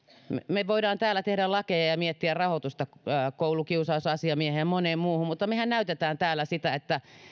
me voimme täällä tehdä lakeja ja ja miettiä rahoitusta koulukiusausasiamieheen ja moneen muuhun mutta mehän näytämme täällä sitä että